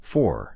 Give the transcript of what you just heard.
Four